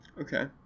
Okay